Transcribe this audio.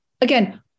again